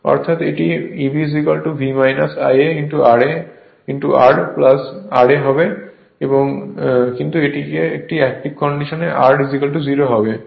অর্থাৎ এটি Eb V Ia ra R ra কিন্তু এটি অ্যাক্টিভ কন্ডিশনে R 0 হবে